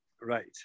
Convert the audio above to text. Right